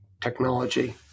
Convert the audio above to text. technology